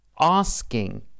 asking